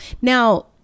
Now